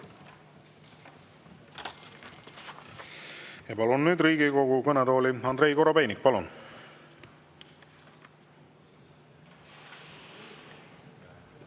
Palun nüüd Riigikogu kõnetooli Andrei Korobeiniku. Palun!